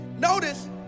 Notice